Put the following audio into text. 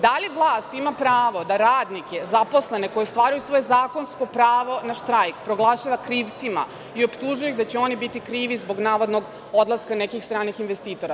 Da li vlast ima pravo da radnike, zaposlene koji ostvaruju svoje zakonsko pravo na štrajk proglašava krivcima i optužuje ih da će oni biti krivi zbog navodnog odlaska nekih stranih investitora.